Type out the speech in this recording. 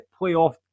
Playoff